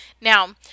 Now